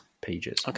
pages